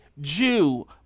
Jew